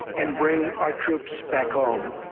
and bring our troops back home.